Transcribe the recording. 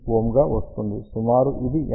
9𝝮 గా వస్తుంది సుమారుగా ఇది 50Ω